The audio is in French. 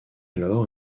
alors